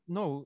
no